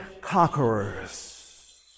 conquerors